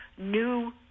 New